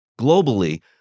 Globally